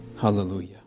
Hallelujah